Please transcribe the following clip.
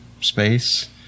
space